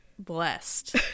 blessed